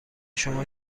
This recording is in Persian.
شما